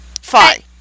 Fine